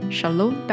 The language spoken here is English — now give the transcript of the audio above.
Shalom